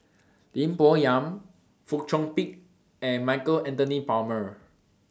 Lim Bo Yam Fong Chong Pik and Michael Anthony Palmer